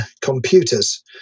computers